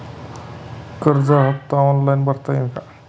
कर्ज हफ्ता ऑनलाईन भरता येईल का?